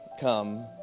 come